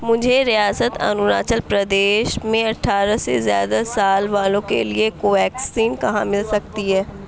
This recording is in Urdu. مجھے ریاست اروناچل پردیش میں اٹھارہ سے زیادہ سال والوں کے لیے کوویکسین کہاں مل سکتی ہے